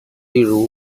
例如